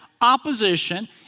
opposition